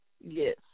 Yes